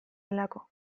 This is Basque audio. delako